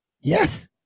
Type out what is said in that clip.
Yes